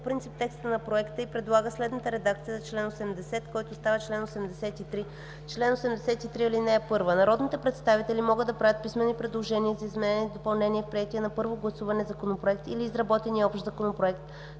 принцип текста на проекта и предлага следната редакция за чл. 80, който става чл. 83: „Чл. 83. (1) Народните представители могат да правят писмени предложения за изменения и допълнения в приетия на първо гласуване законопроект или изработения общ законопроект